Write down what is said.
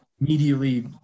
immediately